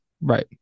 Right